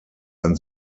ein